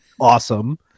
awesome